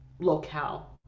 locale